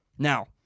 Now